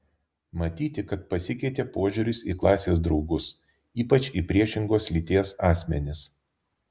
matyti kad pasikeitė požiūris į klasės draugus ypač į priešingos lyties asmenis